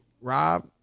Rob